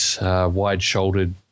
wide-shouldered